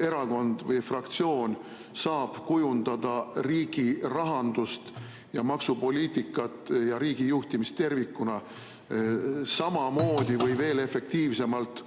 erakond või fraktsioon saab kujundada riigi rahandust ja maksupoliitikat ja riigi juhtimist tervikuna samamoodi või veel efektiivsemalt